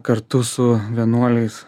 kartu su vienuoliais